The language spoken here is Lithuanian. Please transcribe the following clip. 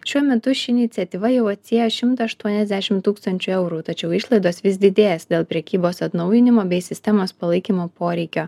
šiuo metu ši iniciatyva jau atsiėjo šimtą aštuoniasdešim tūkstančių eurų tačiau išlaidos vis didės dėl prekybos atnaujinimo bei sistemos palaikymo poreikio